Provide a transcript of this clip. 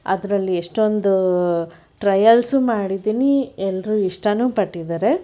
ಅದರಲ್ಲಿ ಎಷ್ಟೊಂದು ಟ್ರಯಲ್ಸು ಮಾಡಿದ್ದೀನಿ ಎಲ್ಲರೂ ಇಷ್ಟಾನು ಪಟ್ಟಿದ್ದಾರೆ